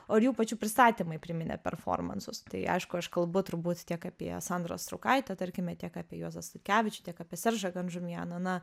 o ir jų pačių pristatymai priminė performansus tai aišku aš kalbu turbūt tiek apie sandrą straukaitę tarkime tiek apie juozą statkevičių tiek apie seržą gandžumianą na